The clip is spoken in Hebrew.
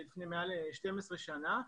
לפני יותר מ-12 שנה,